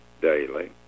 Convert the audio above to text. daily